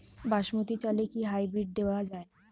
বাসমতী চালে কি হাইব্রিড দেওয়া য়ায়?